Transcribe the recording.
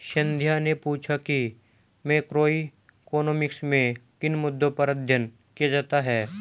संध्या ने पूछा कि मैक्रोइकॉनॉमिक्स में किन मुद्दों पर अध्ययन किया जाता है